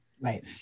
Right